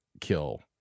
kill